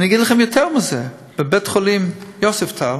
אגיד לכם יותר מזה: בבית-החולים יוספטל